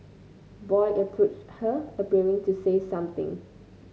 boy approached her appearing to say something